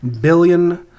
billion